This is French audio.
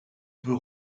peut